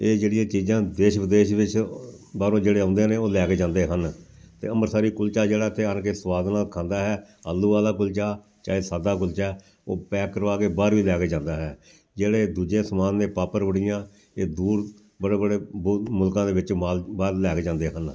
ਇਹ ਜਿਹੜੀਆਂ ਚੀਜ਼ਾਂ ਦੇਸ਼ ਵਿਦੇਸ਼ ਵਿੱਚ ਬਾਹਰੋਂ ਜਿਹੜੇ ਆਉਂਦੇ ਨੇ ਉਹ ਲੈ ਕੇ ਜਾਂਦੇ ਹਨ ਅਤੇ ਅੰਮ੍ਰਿਤਸਰੀ ਕੁਲਚਾ ਜਿਹੜਾ ਇੱਥੇ ਆਣ ਕੇ ਸਵਾਦ ਨਾਲ ਖਾਂਦਾ ਹੈ ਆਲੂਆਂ ਦਾ ਕੁਲਚਾ ਚਾਹੇ ਸਾਦਾ ਕੁਲਚਾ ਉਹ ਪੈਕ ਕਰਵਾ ਕੇ ਬਾਹਰ ਵੀ ਲੈ ਕੇ ਜਾਂਦਾ ਹੈ ਜਿਹੜੇ ਦੂਜੇ ਸਮਾਨ ਨੇ ਪਾਪੜ ਵੜੀਆਂ ਇਹ ਦੂਰ ਬੜੇ ਬੜੇ ਬੁ ਮੁਲਕਾਂ ਦੇ ਵਿੱਚ ਮਾਲ ਬਾਹਰ ਲੈ ਕੇ ਜਾਂਦੇ ਹਨ